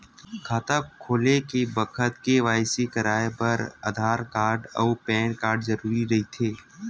खाता खोले के बखत के.वाइ.सी कराये बर आधार कार्ड अउ पैन कार्ड जरुरी रहिथे